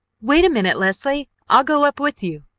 wait a minute, leslie, i'll go up with you,